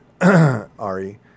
Ari